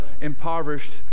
impoverished